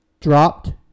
dropped